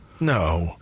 no